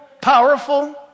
powerful